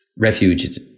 refuge